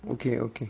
okay okay